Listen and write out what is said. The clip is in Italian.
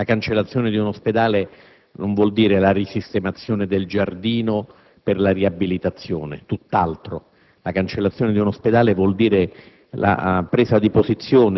popoloso e popolare come questo. La cancellazione di un ospedale non vuol dire la risistemazione del giardino per la riabilitazione, tutt'altro.